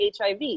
HIV